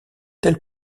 tel